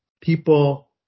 people